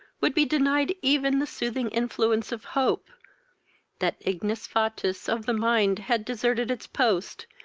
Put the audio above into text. would be denied even the soothing influence of hope that ignis fatuus of the mind had deserted its post,